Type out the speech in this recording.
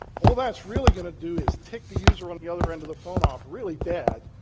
all that's really going to do is tick the user on the other end of the phone off really bad.